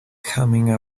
coming